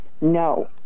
No